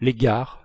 les gares